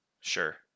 Sure